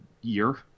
year